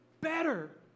better